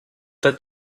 that